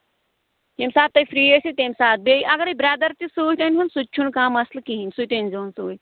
ییٚمہِ ساتہٕ تُہۍ فرٛی آسٮ۪و تَمہِ ساتہٕ بیٚیہِ اَگرٕے برٛیدر تہِ سۭتۍ أنۍہوٗن سُہ تہِ چھُنہٕ کانٛہہ مَسلہٕ کِہیٖنٛۍ سُہ تہِ أنۍزِہوٗن سۭتۍ